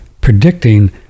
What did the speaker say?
predicting